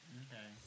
okay